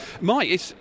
Mike